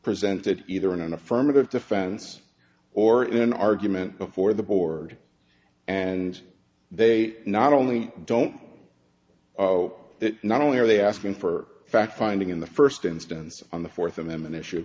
presented either in an affirmative defense or in an argument before the board and they not only don't know that not only are they asking for fact finding in the first instance on the fourth amendment issue